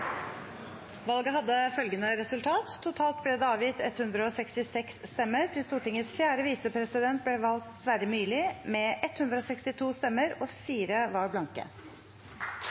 Valget hadde dette resultat: Det ble avgitt totalt 166 stemmer. Til Stortingets fjerde visepresident ble valgt Sverre Myrli med 162 stemmer. 4 stemmesedler var blanke.